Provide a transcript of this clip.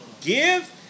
Give